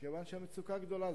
מכיוון שהמצוקה גדולה.